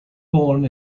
born